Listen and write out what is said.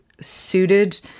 suited